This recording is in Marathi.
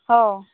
हो